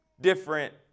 different